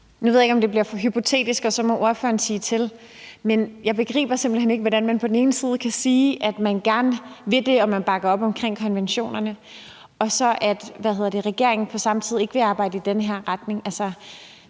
Nu ved jeg ikke, om det bliver for hypotetisk. Så må ordføreren sige til. Jeg begriber simpelt hen ikke, hvordan man på den ene side kan sige, at man gerne vil det og man bakker omkring konventionerne, mens regeringen på den anden side ikke vil arbejde i denne her retning. Vi